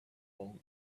fallen